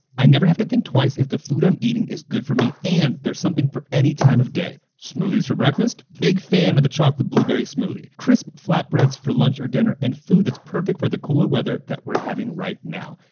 i never have to think twice if the food i'm eating is good for me, and there's something for any time of day smoothies for breakfast, big fan of the chocolate blueberry smoothie, crisp flatbreads for lunch or dinner and food that's perfect for the cooler weather that we're having right now.